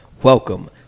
Welcome